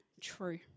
true